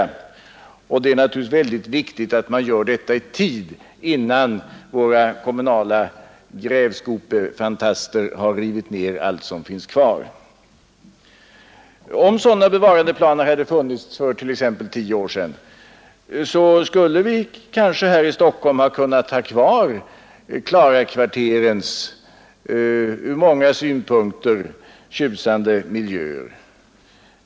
Och det är naturligtvis väldigt viktigt att göra detta i tid, innan våra kommunala grävskopefantaster har rivit ner allt som finns kvar. Om sådana planer hade funnits för t.ex. tio år sedan skulle vi kanske här i Stockholm ha kunnat ha kvar Klarakvarterens ur många synpunkter tjusande miljöer.